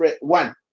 one